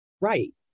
right